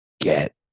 Get